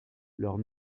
leurs